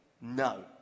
No